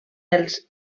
els